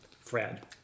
Fred